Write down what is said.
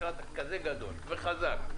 משרד כזה גדול וחזק,